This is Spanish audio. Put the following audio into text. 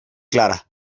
clara